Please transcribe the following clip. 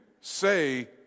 say